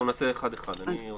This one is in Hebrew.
בואו נעשה אחד אחד, אני רוצה להבין.